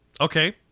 Okay